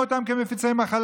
אלוקיך, את זה מקיימים כאן?